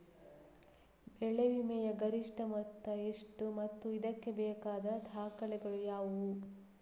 ಬೆಳೆ ವಿಮೆಯ ಗರಿಷ್ಠ ಮೊತ್ತ ಎಷ್ಟು ಮತ್ತು ಇದಕ್ಕೆ ಬೇಕಾದ ದಾಖಲೆಗಳು ಯಾವುವು?